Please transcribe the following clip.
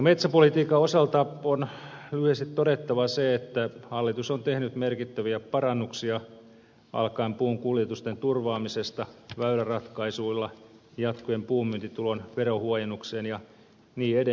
metsäpolitiikan osalta on lyhyesti todettava se että hallitus on tehnyt merkittäviä parannuksia alkaen puun kuljetusten turvaamisesta väyläratkaisuilla jatkuen puunmyyntitulon verohuojennukseen ja niin edelleen